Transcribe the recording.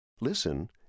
Listen